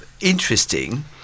interesting